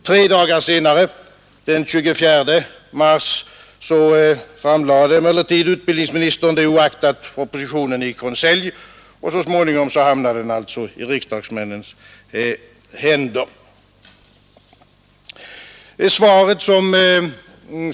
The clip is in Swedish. Tre dagar senare, den 24 mars, framlade emellertid utbildningsministern det oaktat propositionen i konselj, och så småningom hamnade den hos riksdagsmännen.